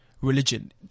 religion